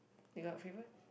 you got a favourite